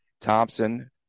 Thompson